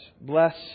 Bless